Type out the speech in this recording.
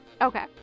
Okay